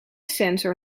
sensor